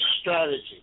strategy